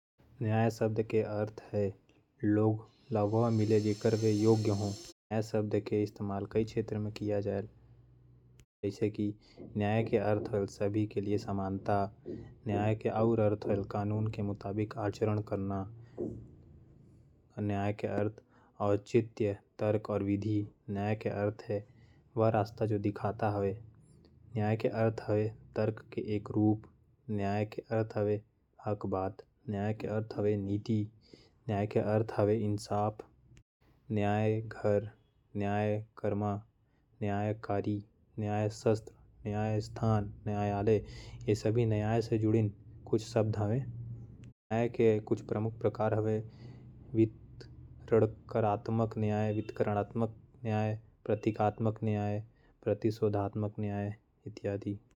न्याय शब्द लैटिन भाषा के शब्द जस्टिस से लिया गया है। इसका मतलब है बंधना या एक साथ बंधना न्याय। निष्पक्षता का प्रतीक है न्याय को एक महिला के रूप में भी दर्शाया जाता है। न्याय से जुड़े कुछ शब्द ये हैं इसाफ़ नीति हक बात उचित बातनियम के मुताबिक। बात सदसद्धिवेक विवेचनपद्धति प्रमाण दृष्टांत तर्क आदि से युक्त वाक्य।